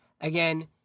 Again